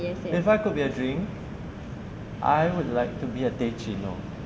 if I could be a drink I would like to be a teh cino